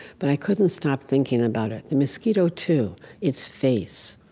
but i couldn't stop thinking about it. the mosquito too its face.